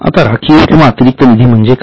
आता राखीव किंवा अतिरिक्त निधी म्हणजे काय